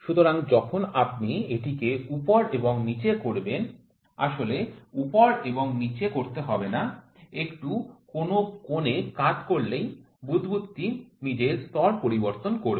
সুতরাং যখন আপনি এটিকে উপর এবং নীচে করবেন আসলে উপর এবং নীচে করতে হবে না একটু কোন কোণে কাত করলেই বুদবুদটি নিজে স্তর পরিবর্তন করবে